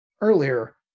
earlier